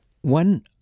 One